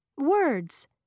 Words